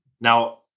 Now